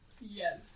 Yes